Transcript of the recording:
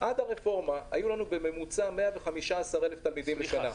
עד הרפורמה היו בממוצע 115,000 תלמידים בשנה.